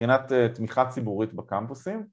מבחינת תמיכה ציבורית בקמפוסים